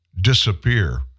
disappear